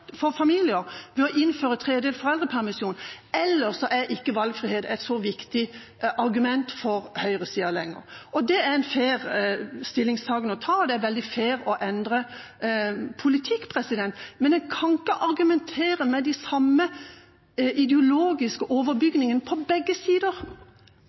for familier ved å innføre tredelt foreldrepermisjon, eller så er ikke valgfrihet et så viktig argument for høyresiden lenger. Det er en fair stillingstagen å ta, det er veldig fair å endre politikk, men en kan ikke argumentere med de samme ideologiske